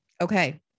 Okay